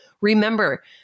Remember